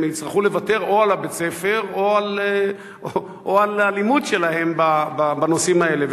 והם יצטרכו לוותר או על בית-הספר או על הלימוד שלהם בנושאים האלה,